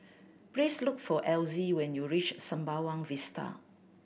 please look for Elzy when you reach Sembawang Vista